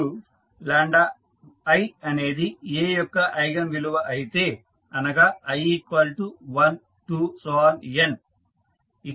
ఇప్పుడు i అనేది A యొక్క ఐగన్ విలువ అయితే అనగా i12n